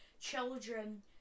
children